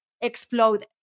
explode